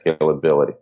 scalability